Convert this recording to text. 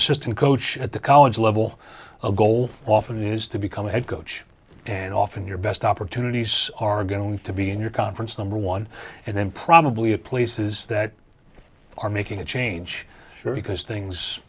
assistant coach at the college level a goal often used to become a head coach and often your best opportunities are going to be in your conference number one and then probably have places that are making a change because things